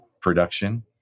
production